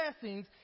blessings